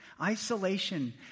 Isolation